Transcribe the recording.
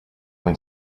when